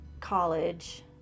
college